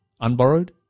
unborrowed